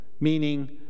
meaning